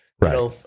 Right